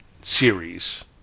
series